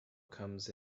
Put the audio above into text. comes